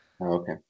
Okay